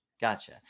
Gotcha